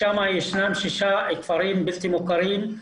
שם ישנם שישה כפרים בלתי מוכרים.